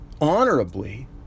honorably